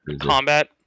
combat